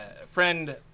friend